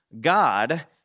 God